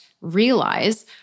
realize